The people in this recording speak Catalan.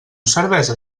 cervesa